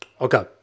Okay